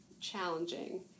challenging